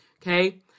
Okay